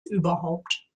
überhaupt